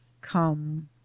come